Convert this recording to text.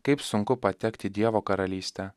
kaip sunku patekt į dievo karalystę